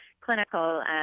clinical